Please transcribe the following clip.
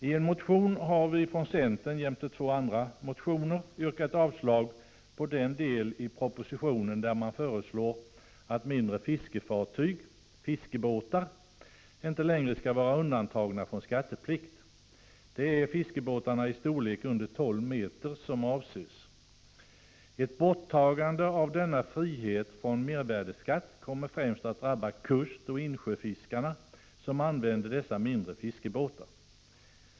I en motion har vi från centern — liksom man har gjort i två andra motioner — yrkat avslag på den del i propositionen där det föreslås att mindre Det är fiskebåtarna i storlek under tolv meter som avses. Ett borttagande av denna frihet från mervärdeskatt kommer främst att drabba kustoch insjöfiskarna, som använder dessa mindre fiskebåtar.